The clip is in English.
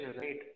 right